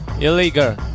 Illegal